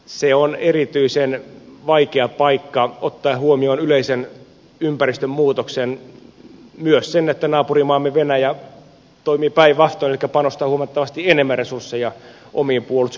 se on erityisen vaikea paikka ottaen huomioon yleisen ympäristön muutoksen myös sen että naapurimaamme venäjä toimii päinvastoin elikkä panostaa huomattavasti enemmän resursseja omiin puolustusvoimiinsa